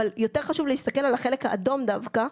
אבל יותר חשוב להסתכל על החלק האדום דווקא,